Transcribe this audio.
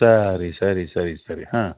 ಸರಿ ಸರಿ ಸರಿ ಸರಿ ಹಾಂ